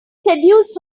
seduce